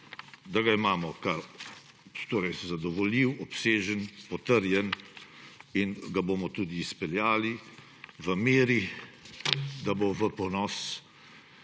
program pripravljen, zadovoljiv, obsežen, potrjen in ga bomo tudi izpeljali v meri, da bo v ponos